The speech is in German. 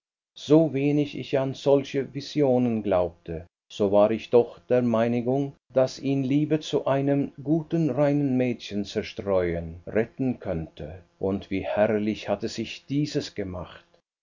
so wenig ich an solche visionen glaubte so war ich doch der meinung daß ihn liebe zu einem guten reinen mädchen zerstreuen retten könnte und wie herrlich hatte sich dieses gemacht